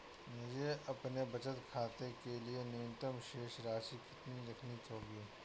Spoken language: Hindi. मुझे अपने बचत खाते के लिए न्यूनतम शेष राशि कितनी रखनी होगी?